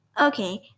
Okay